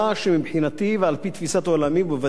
בוודאי כמי שהתמודד לתפקיד יושב-ראש ההסתדרות,